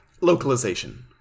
Localization